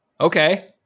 okay